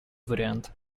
вариант